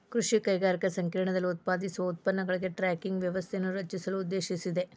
ಕೃಷಿ ಕೈಗಾರಿಕಾ ಸಂಕೇರ್ಣದಲ್ಲಿ ಉತ್ಪಾದಿಸುವ ಉತ್ಪನ್ನಗಳಿಗೆ ಟ್ರ್ಯಾಕಿಂಗ್ ವ್ಯವಸ್ಥೆಯನ್ನು ರಚಿಸಲು ಉದ್ದೇಶಿಸಿದೆ